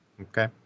Okay